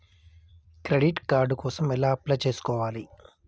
Credit card కోసం ఎలా apply చేసుకోవాలి?